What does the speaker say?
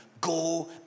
go